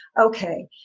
okay